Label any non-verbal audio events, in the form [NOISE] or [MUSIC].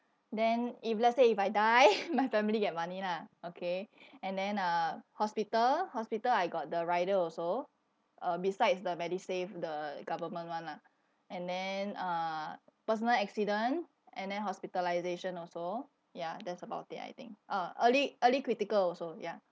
then if let's say if I die [LAUGHS] my family get money lah okay and then uh hospital hospital I got the rider also uh besides the medisave the government one lah and then uh personal accident and then hospitalisation also ya that's about it I think uh early early critical also ya